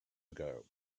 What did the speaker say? ago